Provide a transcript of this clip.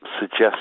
suggest